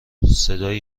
صدایی